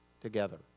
together